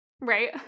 Right